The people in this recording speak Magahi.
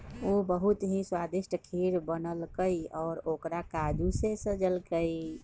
उ बहुत ही स्वादिष्ट खीर बनल कई और ओकरा काजू से सजल कई